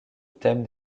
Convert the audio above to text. thème